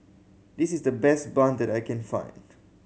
this is the best bun that I can find